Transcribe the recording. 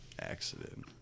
accident